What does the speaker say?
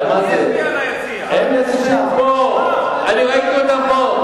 הם ישבו פה, אני ראיתי אותם פה.